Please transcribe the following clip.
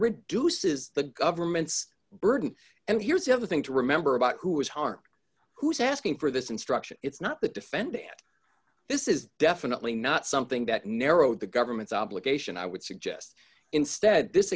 reduces the government's burden and here's the other thing to remember about who is harmed who is asking for this instruction it's not the defendant and this is definitely not something that narrowed the government's obligation i would suggest instead this